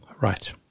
Right